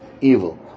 evil